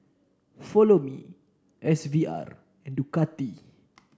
Follow Me S V R and Ducati